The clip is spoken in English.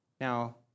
Now